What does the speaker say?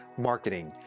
marketing